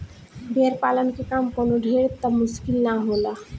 भेड़ पालन के काम कवनो ढेर त मुश्किल ना होला